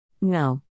No